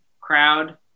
crowd